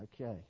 Okay